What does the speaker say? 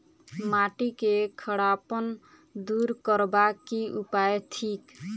माटि केँ खड़ापन दूर करबाक की उपाय थिक?